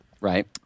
Right